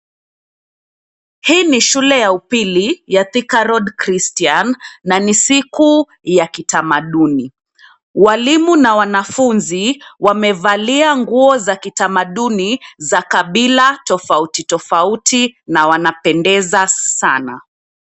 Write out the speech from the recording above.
Hii ni shule ya upili ya Thika road Christian na ni siku ya kitamaduni. Walimu na wanafunzi wamevalia nguo za kitamaduni za kabila tofauti tofauti na wanapendeza sana.